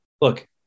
look